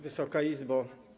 Wysoka Izbo!